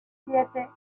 siete